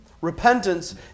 repentance